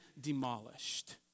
demolished